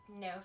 no